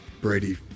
Brady